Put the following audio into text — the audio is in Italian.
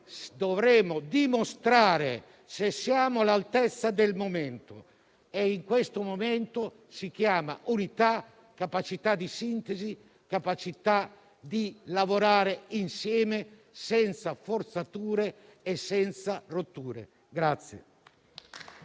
però, dimostrare se siamo all'altezza del momento. E questo momento richiede unità, capacità di sintesi e capacità di lavorare insieme senza forzature e senza rotture.